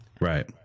Right